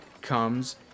comes